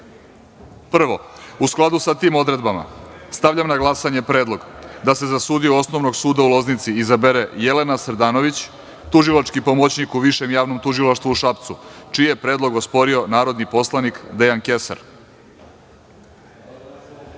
u skladu sa tim odredbama stavljam na glasanje Predlog da se za sudiju Osnovnog suda u Loznici izabere Jelena Srdanović, tužilački pomoćnik u Višem javnom tužilaštvu u Šapcu, čiji je predlog osporio narodni poslanik Dejan